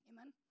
Amen